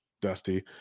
dusty